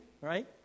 right